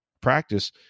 practice